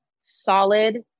solid